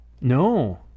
no